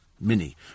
mini